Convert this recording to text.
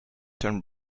turn